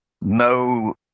No